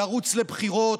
לרוץ לבחירות,